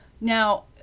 Now